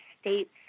states